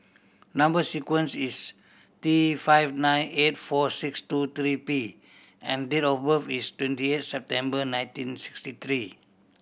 number sequence is T five nine eight four six two three P and date of birth is twenty eight September nineteen sixty three